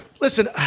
Listen